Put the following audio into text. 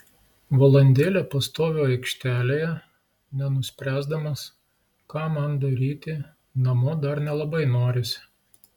valandėlę pastoviu aikštelėje nenuspręsdamas ką man daryti namo dar nelabai norisi